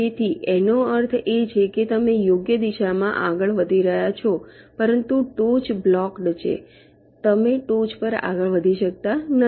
તેથી તેનો અર્થ એ છે કે તમે યોગ્ય દિશામાં આગળ વધી રહ્યા છો પરંતુ ટોચ બ્લોકડ છે તમે ટોચ પર આગળ વધી શકતા નથી